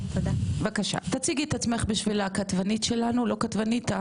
אני יועצת משפטית של